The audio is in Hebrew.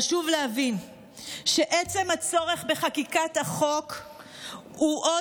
חשוב להבין שעצם הצורך בחקיקת החוק הוא אות